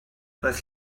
roedd